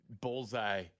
bullseye